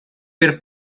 per